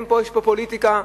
יש פה פופוליטיקה,